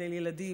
לגדל ילדים,